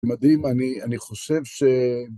מדהים, אני חושב ש...